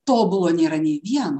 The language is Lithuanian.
tobulo nėra nei vieno